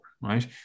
right